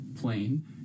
plane